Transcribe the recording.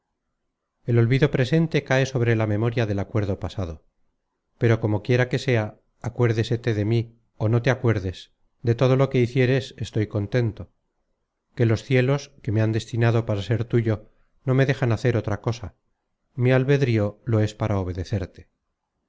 el olvido presente cae sobre la memoria del acuerdo pasado pero como quiera que sea acuérdesete de mí ó no te acuerdes de todo lo que hicieres estoy contento que los cielos que me han destinado para ser tuyo no me dejan hacer otra cosa mi albedrío lo es para obedecerte